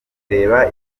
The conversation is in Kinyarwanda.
reba